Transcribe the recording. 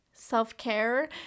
self-care